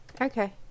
Okay